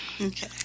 Okay